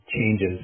changes